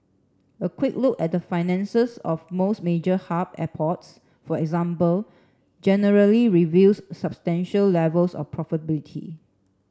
a quick look at the finances of most major hub airports for example generally reveals substantial levels of profitability